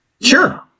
Sure